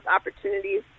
opportunities